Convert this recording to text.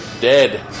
Dead